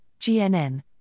GNN